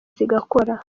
zigakora